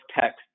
text